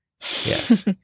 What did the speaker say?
Yes